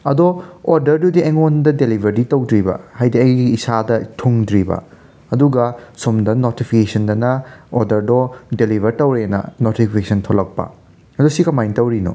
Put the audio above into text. ꯑꯗꯣ ꯑꯣꯔꯗꯔꯗꯨꯗꯤ ꯑꯩꯉꯣꯟꯗ ꯗꯦꯂꯤꯕꯔꯗꯤ ꯇꯧꯗ꯭ꯔꯤꯕ ꯍꯥꯏꯗꯤ ꯑꯩꯒꯤ ꯏꯁꯥꯗ ꯊꯨꯡꯗ꯭ꯔꯤꯕ ꯑꯗꯨꯒ ꯁꯣꯝꯗ ꯅꯣꯇꯤꯐꯤꯌꯦꯁꯟꯗꯅ ꯑꯣꯗꯔꯗꯣ ꯗꯦꯂꯤꯕꯔ ꯇꯧꯔꯦꯅ ꯅꯣꯇꯤꯐꯤꯁꯟ ꯊꯣꯛꯂꯛꯄ ꯑꯗꯣ ꯁꯤ ꯀꯃꯥꯏꯅ ꯇꯧꯔꯤꯅꯣ